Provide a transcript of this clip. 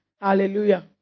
Hallelujah